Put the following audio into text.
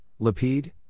Lapid